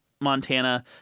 Montana